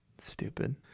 stupid